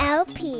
lp